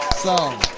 so,